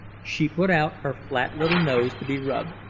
she put out her flat little nose to be rubbed,